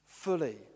fully